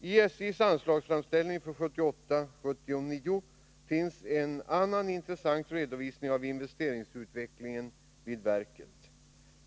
I SJ:s anslagsframställning för 1978/79 finns en annan intressant redovisning av investeringsutvecklingen vid verket.